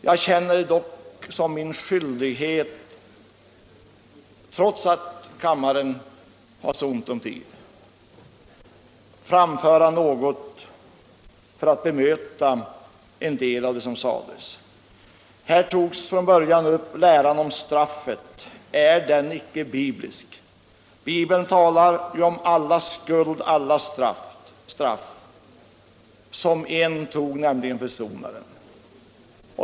Jag känner det dock som min skyldighet — trots att kammaren har så ont om tid — att framföra några synpunkter för att bemöta en del av det som sades. Här togs från början upp läran om straffet. Är den icke biblisk? Bibeln talar om allas skuld, allas straff, som en tog, nämligen Försonaren.